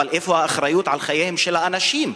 איפה האחריות לחייהם של האנשים?